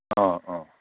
ꯑꯣ ꯑꯣ